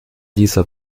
dieser